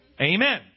Amen